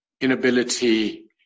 inability